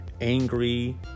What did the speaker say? angry